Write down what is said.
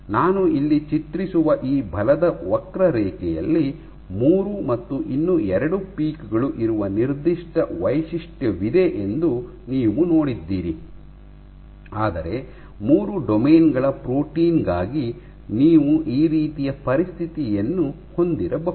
ನಾನು ಇಲ್ಲಿ ಚಿತ್ರಿಸುವ ಈ ಬಲದ ವಕ್ರರೇಖೆಯಲ್ಲಿ ಮೂರು ಮತ್ತು ಇನ್ನು ಎರಡು ಪೀಕ್ ಗಳು ಇರುವ ನಿರ್ದಿಷ್ಟ ವೈಶಿಷ್ಟ್ಯವಿದೆ ಎಂದು ನೀವು ನೋಡಿದ್ದೀರಿ ಆದರೆ ಮೂರು ಡೊಮೇನ್ ಗಳ ಪ್ರೋಟೀನ್ ಗಾಗಿ ನೀವು ಈ ರೀತಿಯ ಪರಿಸ್ಥಿತಿಯನ್ನು ಹೊಂದಿರಬಹುದು